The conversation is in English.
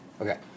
Okay